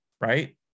right